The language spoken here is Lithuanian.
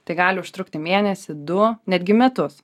tai gali užtrukti mėnesį du netgi metus